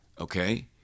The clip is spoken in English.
okay